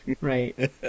Right